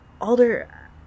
Alder